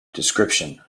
description